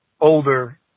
older